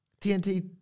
TNT